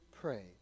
pray